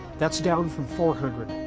that's down from four hundred.